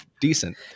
decent